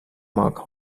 mag